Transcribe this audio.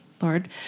Lord